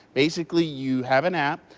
basically you have an app,